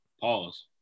Pause